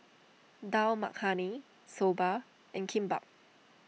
Dal Makhani Soba and Kimbap